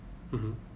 mmhmm